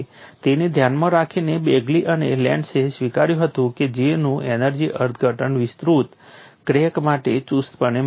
તેને ધ્યાનમાં રાખીને બેગલી અને લેન્ડ્સે સ્વીકાર્યું હતું કે J નું એનર્જી અર્થઘટન વિસ્તૃત ક્રેક માટે ચુસ્તપણે માન્ય નથી